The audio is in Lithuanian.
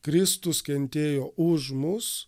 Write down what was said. kristus kentėjo už mus